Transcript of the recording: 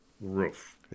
roof